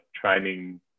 training